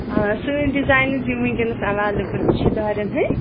آ سٲنۍ ڈِزاینٕز یِم وٕنۍکٮ۪نَس ایویلیبٕل چھِ دارٮ۪ن ہٕنٛدۍ